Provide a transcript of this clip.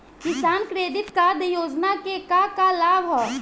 किसान credit card योजना के का का लाभ ह?